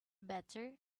better